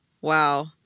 Wow